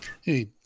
hey